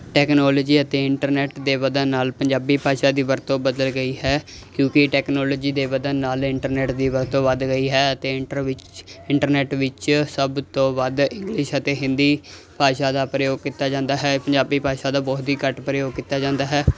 technology ਅਤੇ internet ਦੇ ਵਧਣ ਨਾਲ ਪੰਜਾਬੀ ਭਾਸ਼ਾ ਦੀ ਵਰਤੋਂ ਬਦਲ ਗਈ ਹੈ ਕਿਉਂਕਿ ਟੈਕਨੋਲੋਜੀ ਦੇ ਵਧਣ ਨਾਲ ਇੰਟਰਨੈਟ ਦੀ ਵਰਤੋਂ ਵੱਧ ਗਈ ਹੈ ਅਤੇ ਇੰਟਰ ਵਿੱਚ ਇੰਟਰਨੈਟ ਵਿੱਚ ਸਭ ਤੋਂ ਵੱਧ ਇੰਗਲਿਸ਼ ਅਤੇ ਹਿੰਦੀ ਭਾਸ਼ਾ ਦਾ ਪ੍ਰਯੋਗ ਕੀਤਾ ਜਾਂਦਾ ਹੈ ਪੰਜਾਬੀ ਭਾਸ਼ਾ ਦਾ ਬਹੁਤ ਹੀ ਘੱਟ ਪ੍ਰਯੋਗ ਕੀਤਾ ਜਾਂਦਾ ਹੈ